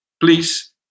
please